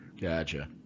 Gotcha